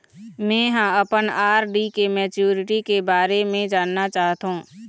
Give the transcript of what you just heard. में ह अपन आर.डी के मैच्युरिटी के बारे में जानना चाहथों